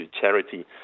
charity